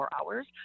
hours